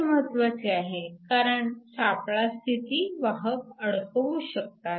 हे महत्वाचे आहे कारण सापळा स्थिती वाहक अडकवू शकतात